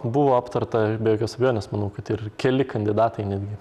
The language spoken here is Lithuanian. buvo aptarta be jokios abejonės manau kad ir keli kandidatai netgi